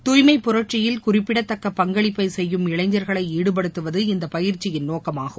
தூய்மை புரட்சியில் குறிப்பிடத்தக்க பங்களிப்பை செய்யும் இளைஞர்களை ஈடுபடுத்துவது இந்த பயிற்சியின் நோக்கமாகும்